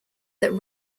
that